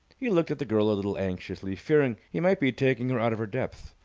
he looked at the girl a little anxiously, fearing he might be taking her out of her depth,